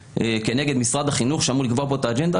כנגד משרד החינוך שאמור לקבוע את האג'נדה?